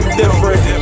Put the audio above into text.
different